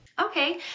Okay